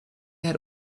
had